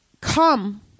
come